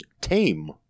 tame